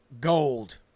gold